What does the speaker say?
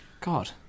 God